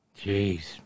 Jeez